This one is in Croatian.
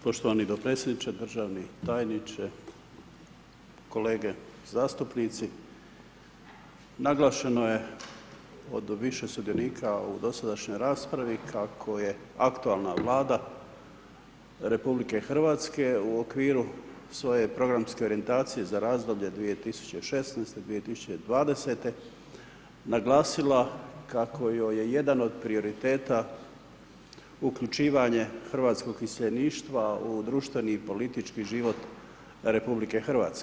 Poštovani dopredsjedniče, državni tajniče, kolege zastupnici, naglašeno je od više sudionika u dosadašnjoj raspravi kako je aktualna Vlada RH u okviru svoje programske orijentacije za razdoblje 2016.- 2020. naglasila kako joj je jedan od prioriteta uključivanja hrvatskog iseljeništva u društveni i politički život RH.